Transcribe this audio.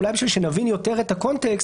אולי בשביל שנבין יותר את הקונטקסט,